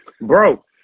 bro